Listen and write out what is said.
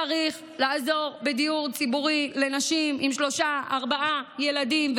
צריך לעזור בדיור ציבורי לנשים עם שלושה-ארבעה ילדים,